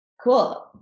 Cool